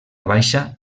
baixa